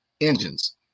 engines